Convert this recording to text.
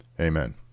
Amen